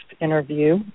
interview